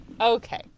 Okay